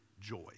joy